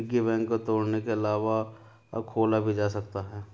piggy bank को तोड़ने के अलावा खोला भी जा सकता है